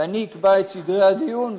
ואני אקבע את סדרי הדיון,